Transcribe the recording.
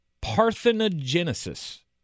parthenogenesis